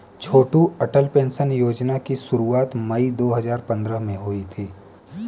छोटू Atal pension Yojana की शुरुआत मई दो हज़ार पंद्रह में हुई थी